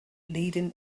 leading